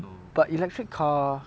but electric car